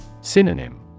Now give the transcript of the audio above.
Synonym